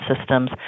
systems